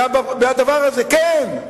כן,